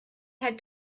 had